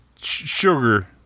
sugar